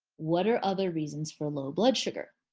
what are other reasons for low blood sugar?